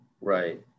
Right